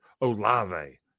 Olave